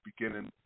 beginning